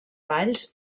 valls